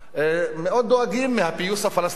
מאוד דואגים מהפיוס הפלסטיני,